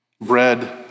Bread